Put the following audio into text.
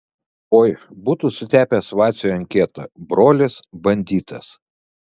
oi būtų sutepęs vaciui anketą brolis banditas